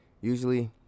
usually